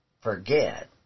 forget